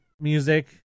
music